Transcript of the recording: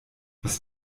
was